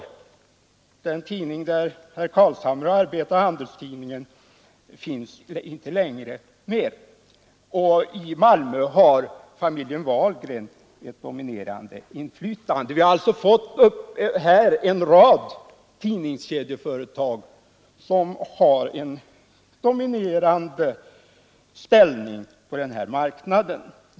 Den den tidning där herr Carlshamre har arbetat, Handelstidningen, finns inte längre med. I Malmö har familjen Wahlgren ett betydande inflytande. Vi har alltså fått en rad tidningskedjeföretag som har en dominerande ställning på den här marknaden.